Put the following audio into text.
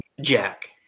Jack